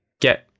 get